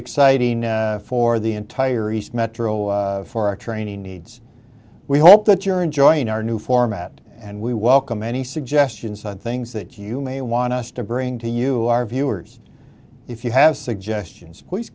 exciting for the entire east metro for our training needs we hope that you're enjoying our new format and we welcome any suggestions on things that you may want us to bring to you our viewers if you have suggestion